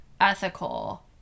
ethical